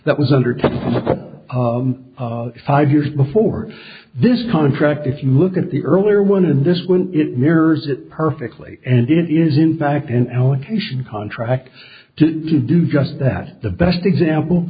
that was under ten or five years before this contract if you look at the earlier one in this when it mirrors it perfectly and it is in fact and allocation contract to do just that the best example